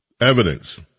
Evidence